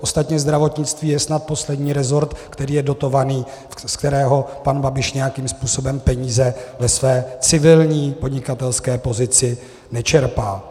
Ostatně zdravotnictví je snad poslední resort, který je dotovaný, z kterého pan Babiš nějakým způsobem peníze ve své civilní podnikatelské pozici nečerpá.